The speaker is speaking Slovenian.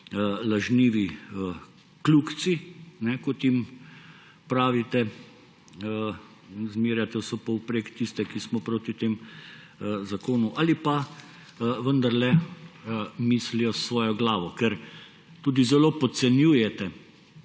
lažnivi kljukci, kot jim pravite, zmerjate vse povprek tiste, ki smo proti temu zakonu, ali pa vendarle misijo s svojo glavo, ker tudi zelo podcenjujete